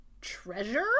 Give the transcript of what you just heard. treasure